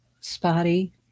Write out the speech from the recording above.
spotty